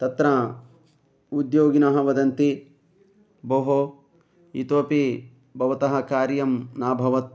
तत्र उद्योगिनः वदन्ति भोः इतोऽपि भवतः कार्यं नाभवत्